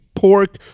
Pork